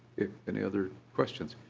any other questions?